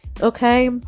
Okay